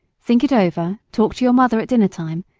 think it over, talk to your mother at dinner-time,